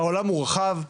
העולם הוא רחב,